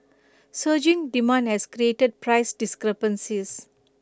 surging demand has created price discrepancies